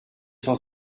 cent